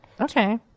Okay